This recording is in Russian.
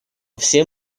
все